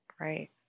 right